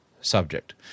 subject